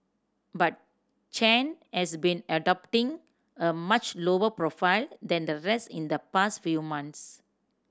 but Chen has been adopting a much lower profile than the rest in the past few months